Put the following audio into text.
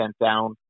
down